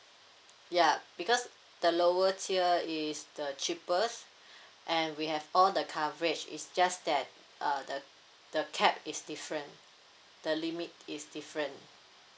ya because the lower tier is the cheapest and we have all the coverage is just that uh the the cap is different the limit is different